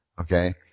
Okay